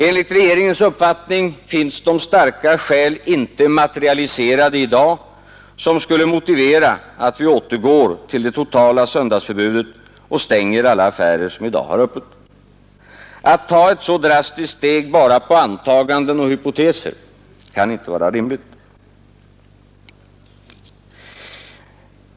Enligt regeringens uppfattning finns de starka skäl inte materialiserade i dag som skulle motivera att vi återgår till det totala söndagsförbudet och då stänger alla affärer som nu har öppet. Att ta ett så drastiskt steg bara på antaganden och hypoteser kan inte vara rimligt.